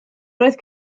roedd